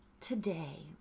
today